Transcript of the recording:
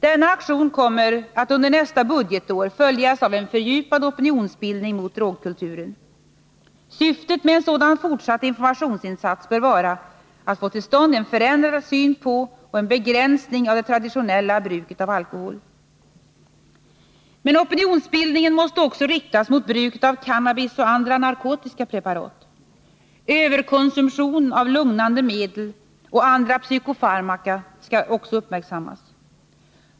Denna aktion kommer att under nästa budgetår följas av en fördjupad opinionsbildning mot drogkulturen. Syftet med en sådan fortsatt informationsinsats bör vara att få till stånd en förändrad syn på och en begränsning av det traditionella bruket av alkohol. Men opinionsbildningen måste också riktas mot bruket av cannabis och andra narkotiska preparat. Överkonsumtionen av lugnande medel och andra psykofarmaka skall också uppmärksammas.